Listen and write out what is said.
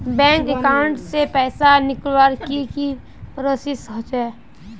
Bank account से पैसा निकालवर की की प्रोसेस होचे?